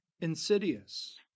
insidious